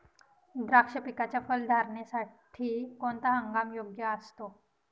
द्राक्ष पिकाच्या फलधारणेसाठी कोणता हंगाम योग्य असतो?